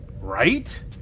Right